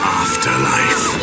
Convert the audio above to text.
afterlife